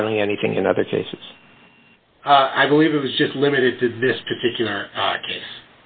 hiding anything in other cases i believe it is just limited to this particular case